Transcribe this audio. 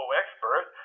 expert